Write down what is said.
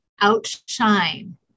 outshine